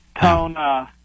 Tone